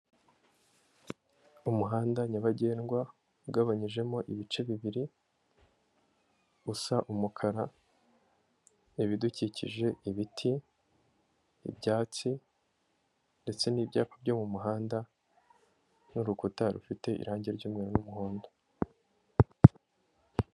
Umuhanda nyabagendwa, ugabanyijemo ibice bibiri, usa umukara, ibidukikije, ibiti, ibyatsi ndetse n'ibyapa byo mu muhanda n'urukuta rufite irangi ry'umweru n'umuhondo.